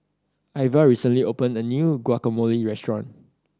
Iva recently opened a new Guacamole Restaurant